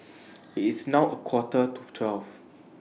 IT IS now A Quarter to twelve